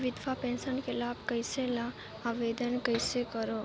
विधवा पेंशन के लाभ कइसे लहां? आवेदन कइसे करव?